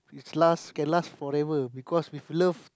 its lasts can last forever because with love